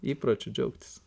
įpročiu džiaugtis